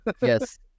Yes